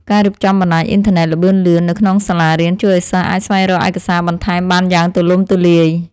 ការរៀបចំបណ្តាញអ៊ីនធឺណិតល្បឿនលឿននៅក្នុងសាលារៀនជួយឱ្យសិស្សអាចស្វែងរកឯកសារបន្ថែមបានយ៉ាងទូលំទូលាយ។